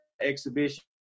exhibition